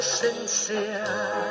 sincere